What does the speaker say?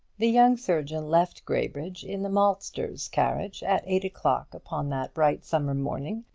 the young surgeon left graybridge in the maltster's carriage at eight o'clock upon that bright summer morning,